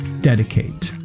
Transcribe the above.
dedicate